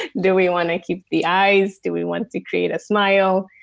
do we want to keep the eyes? do we want to create a smile?